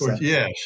Yes